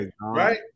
Right